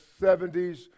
70s